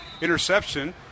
interception